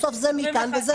בסוף זה מכאן וזה מכאן.